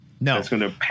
No